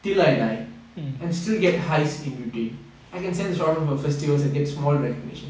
till I die and still get highs in between I can send the short films for festivals and gets more recognition